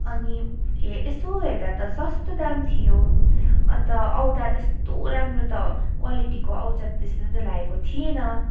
अनि यसो हेर्दा त सस्तो दाम थियो अन्त आउँदा त्यस्तो राम्रो त क्वालिटीको आउँछ जस्तो त लागेको थिएन